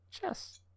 Chess